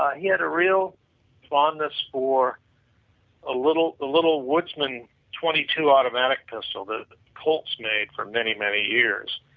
he had a real fondness for a little little woodsman twenty two automatic pistol that colts made for many, many years.